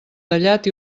tallat